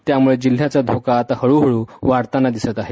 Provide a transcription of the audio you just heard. त्यामुळे जिल्हयाच धोका हळूहळू बाढताना दिसत आहे